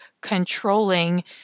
controlling